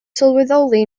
sylweddoli